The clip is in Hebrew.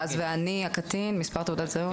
ואז, אני הקטין מספר תעודת זהות.